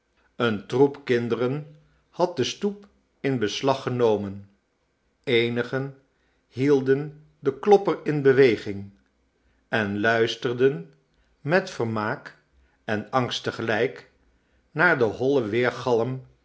een troep kinderen had de stoep in beslag genomen eenigen hielden de klopper in beweging en luisterden met vermaak en angst te gelijk naar den hollen